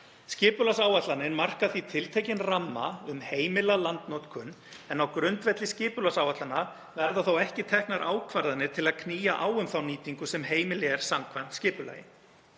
Skipulagsáætlanir marka því tiltekinn ramma um heimila landnotkun en á grundvelli skipulagsáætlana verða ekki teknar ákvarðanir til að knýja á um þá nýtingu sem heimil er samkvæmt skipulagi.